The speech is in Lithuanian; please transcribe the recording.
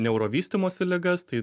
neurovystymosi ligas tai